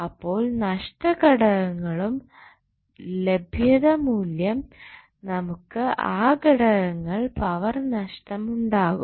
അപ്പോൾ നഷ്ട ഘടകങ്ങളുടെ ലഭ്യത മൂലം നമുക്ക് ആ ഘടകങ്ങളിൽ പവർ നഷ്ടം ഉണ്ടാകും